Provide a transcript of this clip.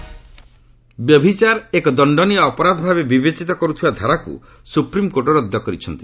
SC adultery ବ୍ୟଭିଚାର ଏକ ଦଶ୍ଚନୀୟ ଅପରାଧ ଭାବେ ବିବେଚିତ କରୁଥିବା ଧାରାକୁ ସୁପ୍ରିମକୋର୍ଟ ରଦ୍ଦ କରିଛନ୍ତି